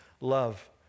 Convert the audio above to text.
love